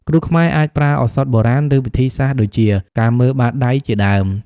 គ្រូខ្មែរអាចប្រើឱសថបុរាណ ឬវិធីសាស្ត្រដូចជា ការមើលបាតដៃជាដើម។